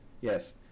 yes